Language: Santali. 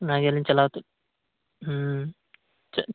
ᱚᱱᱟ ᱜᱮ ᱟᱹᱞᱤᱧ ᱪᱟᱞᱟᱣ ᱠᱟᱛᱮ